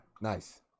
Nice